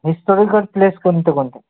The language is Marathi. हिस्टॉरिकल प्लेस कोणते कोणते